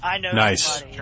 Nice